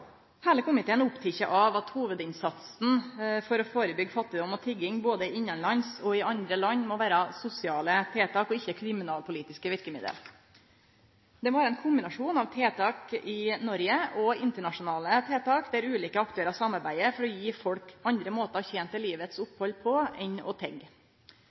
Heile komiteen er oppteken av at hovudinnsatsen for å førebyggje fattigdom og tigging innanlands og i andre land må vere sosiale tiltak og ikkje kriminalpolitiske verkemiddel. Det må vere ein kombinasjon av tiltak i Noreg og internasjonale tiltak der ulike aktørar samarbeider for å gi folk andre måtar å tene til livsopphald på enn